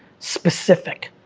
specific.